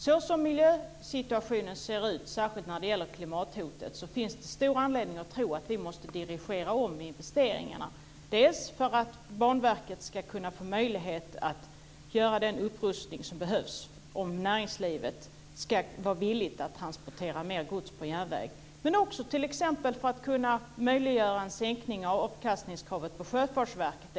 Såsom miljösituationen ser ut, särskilt med tanke på klimathotet, finns det stor anledning att tro att vi måste dirigera om investeringarna, dels för att Banverket ska kunna få möjlighet att göra den upprustning som behövs, om näringslivet ska vara villigt att transportera mer gods på järnväg, dels t.ex. för att möjliggöra en sänkning av avkastningskravet på Sjöfartsverket.